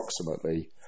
approximately